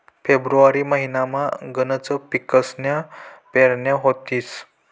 February महिनामा गनच पिकसन्या पेरण्या व्हतीस